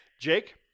jake